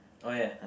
oh ya